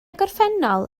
gorffennol